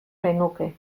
genuke